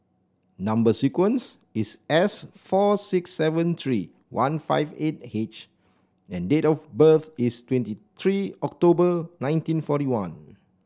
number sequence is S four six seven three one five eight H and date of birth is twenty three October nineteen forty one